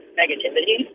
negativity